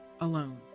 alone